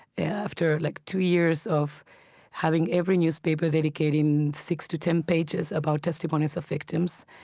after like two years of having every newspaper dedicating six to ten pages about testimonies of victims,